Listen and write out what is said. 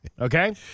Okay